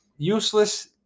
Useless